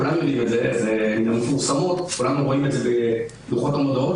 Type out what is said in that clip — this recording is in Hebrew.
וכולנו רואים את זה בלוחות המודעות,